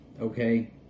okay